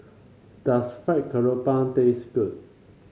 does Fried Garoupa taste good